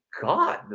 God